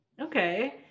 Okay